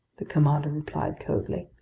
the commander replied coldly.